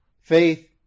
Faith